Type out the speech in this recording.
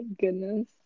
goodness